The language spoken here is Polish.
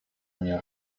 mnie